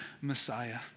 Messiah